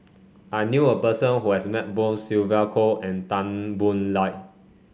I knew a person who has met both Sylvia Kho and Tan Boo Liat